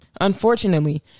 unfortunately